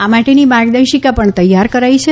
આ માટેની માર્ગદર્શિકા પણ તૈયાર કરાઇ છે